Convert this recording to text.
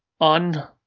on